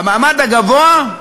המעמד הגבוה,